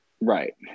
right